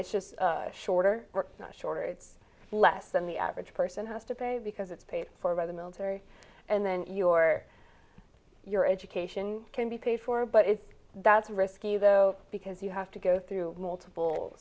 it just shorter shorter it's less than the average person has to pay because it's paid for by the military and then your your education can be paid for but that's risky though because you have to go through multiple